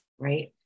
Right